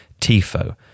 TIFO